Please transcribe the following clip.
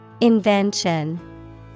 Invention